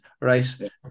Right